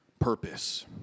purpose